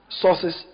sources